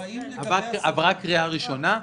אברה קריאה ראשונה,